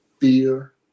fear